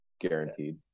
Guaranteed